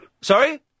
Sorry